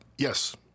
Yes